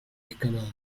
escalada